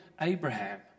Abraham